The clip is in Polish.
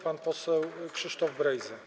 Pan poseł Krzysztof Brejza.